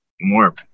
more